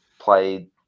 played